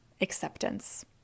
acceptance